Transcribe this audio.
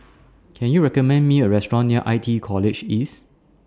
Can YOU recommend Me A Restaurant near I T E College East